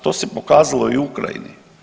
To se pokazalo i u Ukrajini.